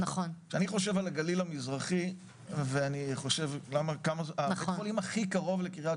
אני חושב על הגליל המזרחי ואני חושב הבית חולים הכי קרוב לקרית